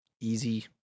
easy